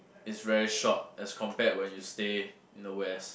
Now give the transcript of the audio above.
is very short as compared when you stay in the west